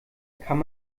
kann